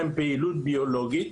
יש להם פעילות ביולוגית.